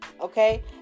okay